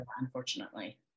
unfortunately